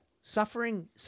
Suffering